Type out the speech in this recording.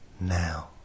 now